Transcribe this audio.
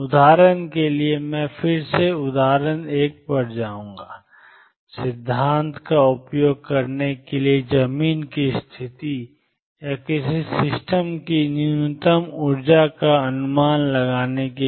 उदाहरण के लिए मैं फिर से उदाहरण एक पर जाऊंगा सिद्धांत का उपयोग करने के लिए जमीन की स्थिति या किसी सिस्टम की न्यूनतम ऊर्जा का अनुमान लगाने के लिए